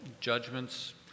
judgments